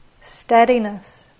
steadiness